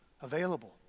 available